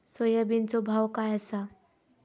सोयाबीनचो भाव काय आसा?